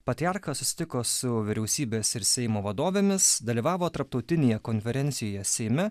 patriarchas susitiko su vyriausybės ir seimo vadovėmis dalyvavo tarptautinėje konferencijoje seime